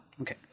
Okay